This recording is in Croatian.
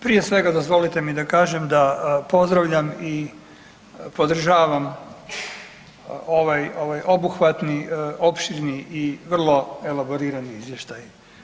Prije svega, dozvolite mi da kažem, da pozdravljam i podržavam ovaj obuhvatni opširni i vrlo elaborirani Izvještaj.